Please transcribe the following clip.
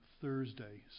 Thursday